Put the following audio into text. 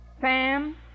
Sam